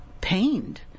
pained